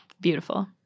beautiful